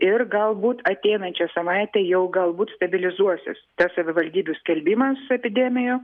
ir galbūt ateinančią savaitę jau galbūt stabilizuosis tas savivaldybių skelbimas epidemijų